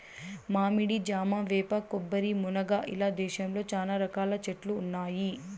మామిడి, జామ, వేప, కొబ్బరి, మునగ ఇలా దేశంలో చానా రకాల చెట్లు ఉన్నాయి